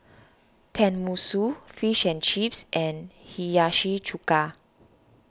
Tenmusu Fish and Chips and Hiyashi Chuka